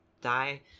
die